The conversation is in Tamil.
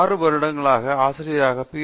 6 வருடங்கள் ஆசிரியராக பி